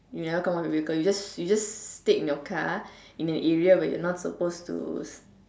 you never come out with your car you just you just stayed in your car in an area where you're not supposed to